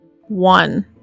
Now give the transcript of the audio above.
one